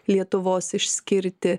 lietuvos išskirti